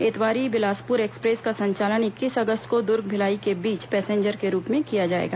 Itwari Bilaspur express का संचालन इक्कीस अगस्त को दर्ग भिलाई के बीच पैसेंजर के रूप में किया जाएगा